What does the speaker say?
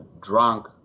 drunk